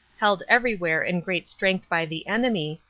held everywhere in great strength by the enemy,